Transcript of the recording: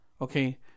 okay